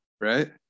right